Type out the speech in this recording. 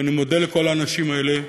ואני מודה לכל האנשים האלה.